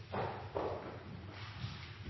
tok